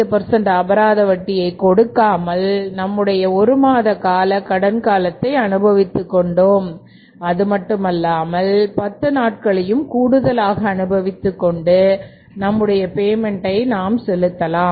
5 அபராதமாக கொடுக்காமல் நம்முடைய ஒரு மாத கால கடன் காலத்தை அனுபவித்துக்கொண்டு அதுமட்டுமல்லாமல் பத்து நாட்களையும் கூடுதலாக அனுபவித்துக் கொண்டு நம்முடைய பேமென்ட்டை நாம் செலுத்தலாம்